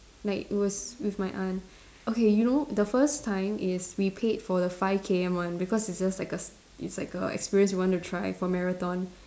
like it was with my aunt okay you know the first time is we paid for the five K_M one because it's just like a it's like a experience we want to try for marathon